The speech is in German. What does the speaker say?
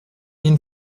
ihn